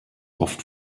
oft